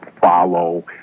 follow